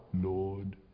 Lord